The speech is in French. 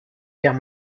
guerre